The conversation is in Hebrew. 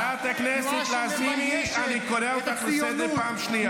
חברת הכנסת לזימי, אני קורא אותך לסדר פעם שנייה.